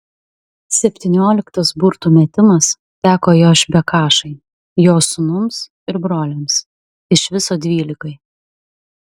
septynioliktas burtų metimas teko jošbekašai jo sūnums ir broliams iš viso dvylikai